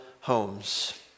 homes